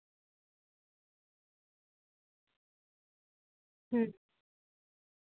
ᱦᱩᱸ